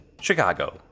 Chicago